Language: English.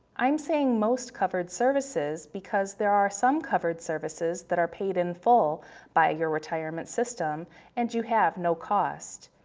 i'm saying most covered services because there are some covered services that are paid in full by your retirement system and you have no cost.